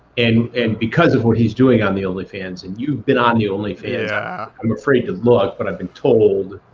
and and because of what he's doing on the onlyfans, and you've been on the onlyfans yeah. i'm afraid to look but i've been told.